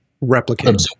replicate